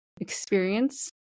experience